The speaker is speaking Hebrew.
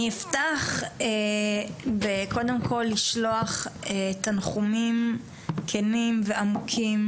אני אפתח בקודם כל לשלוח תנחומים כנים ועמוקים,